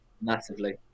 massively